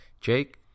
Jake